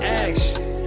action